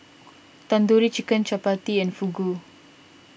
Tandoori Chicken Chapati and Fugu